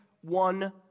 one